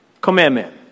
commandment